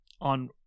on